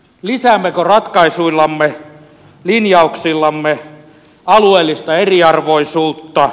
lisäämmekö ratkaisuillamme linjauksillamme alueellista eriarvoisuutta